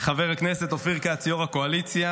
חבר הכנסת אופיר כץ יו"ר הקואליציה,